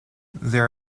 there